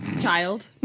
child